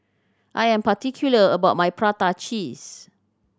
I am particular about my prata cheese